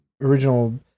original